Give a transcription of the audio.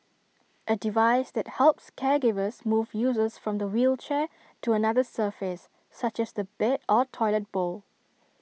A device that helps caregivers move users from the wheelchair to another surface such as the bed or toilet bowl